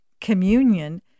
communion